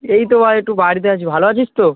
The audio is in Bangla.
এই তো ভাই একটু বাড়িতে আছি ভালো আছিস তো